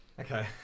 okay